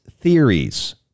theories